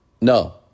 No